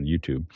YouTube